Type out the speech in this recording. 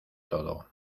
todo